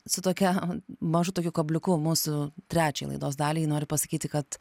su tokia mažu tokiu kabliuku mūsų trečiai laidos daliai noriu pasakyti kad